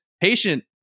patient